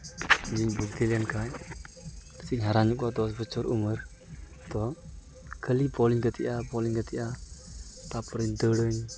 ᱡᱮᱧ ᱞᱮᱱᱠᱷᱟᱡ ᱛᱤᱥᱮᱧ ᱦᱟᱨᱟ ᱧᱚᱜᱚᱜᱼᱟ ᱫᱚᱥ ᱵᱚᱪᱷᱚᱨ ᱩᱢᱮᱨ ᱛᱚ ᱠᱷᱟᱞᱤ ᱵᱚᱞᱤᱧ ᱜᱟᱛᱮᱜᱼᱟ ᱵᱚᱞᱤᱧ ᱜᱟᱛᱮᱜᱼᱟ ᱛᱟᱯᱚᱨᱮᱧ ᱫᱟᱹᱲᱟᱹᱧ